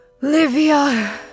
Livia